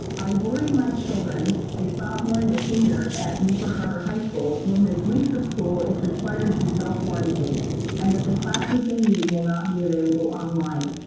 i worry my children, a sophomore and a senior at newport harbor high school, will miss weeks of school if required to self quarantine and that the classes they need will not be available online.